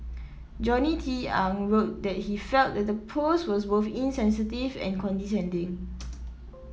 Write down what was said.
Johnny Tang wrote that he felt the post was both insensitive and condescending